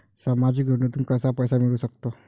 सामाजिक योजनेतून कसा पैसा मिळू सकतो?